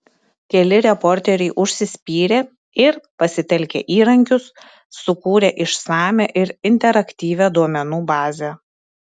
keli reporteriai užsispyrė ir pasitelkę įrankius sukūrė išsamią ir interaktyvią duomenų bazę